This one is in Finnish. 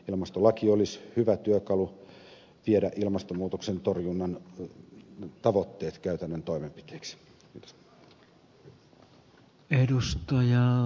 ilmastolaki olisi hyvä työkalu ilmastonmuutoksen torjunnan tavoitteiden viemiseksi käytännön toimenpiteiksi